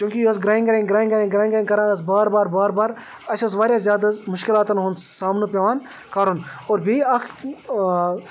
چوٗنٛکہ یہِ اوس گرٛیٚن گرٛیٚن گرٛیٚن گرٛیٚن گرٛیٚن گرٛیٚن کَران ٲس بار بار بار بار اَسہِ اوس واریاہ زیادٕ حظ مُشکلاتَن ہُنٛد سامنہٕ پٮ۪وان کَرُن اور بیٚیہِ اَکھ